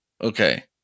Okay